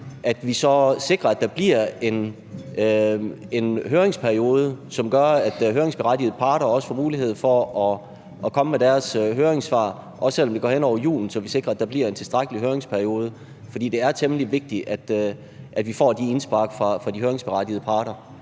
jul, så sikrer, at der bliver en høringsperiode, som gør, at høringsberettigede parter får mulighed for at komme med deres høringssvar, også selv om det går hen over julen, så vi sikrer, at der bliver en tilstrækkelig høringsperiode. For det er temmelig vigtigt, at vi får det indspark fra de høringsberettigede parter.